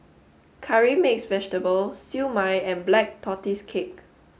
Curry Mixed Vegetable Siew Mai and Black Tortoise cake